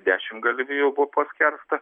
dešimt galvijų buvo paskersta